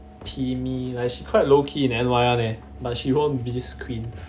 kimi like she quite low key in N_Y one eh but she won biz queen